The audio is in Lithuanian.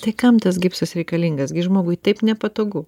tai kam tas gipsas reikalingas gi žmogui taip nepatogu